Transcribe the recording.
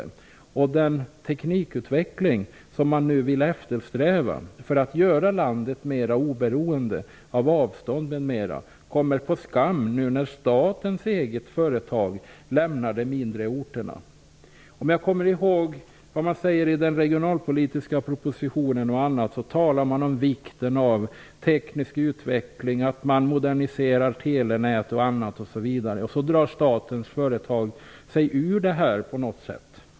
Den strävan mot teknikutveckling som funnits för att göra landet mer oberoende av avstånd m.m. kommer på skam nu när statens eget företag lämnar de mindre orterna. I den regionalpolitiska propositionen talade man ju just om vikten av teknisk utveckling och av att modernisera telenät och liknande, och så drar sig statens företag nu ur det!